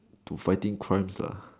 to fighting crimes lah